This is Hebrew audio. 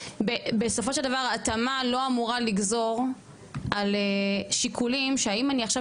בסופו של דבר התאמה לא אמורה לגזור על שיקולים שאם אני עכשיו